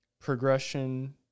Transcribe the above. Progression